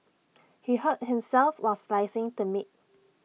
he hurt himself while slicing the meat